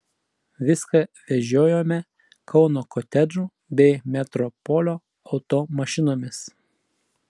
viską vežiojome kauno kotedžų bei metropolio automašinomis